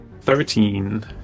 Thirteen